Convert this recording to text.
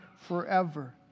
forever